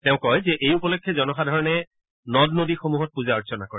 তেওঁ কয় যে এই উপলক্ষে জনসাধাৰণে নদ নদীসমূহত পঞ্জা অৰ্চনা কৰে